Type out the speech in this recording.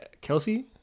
Kelsey